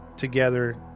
together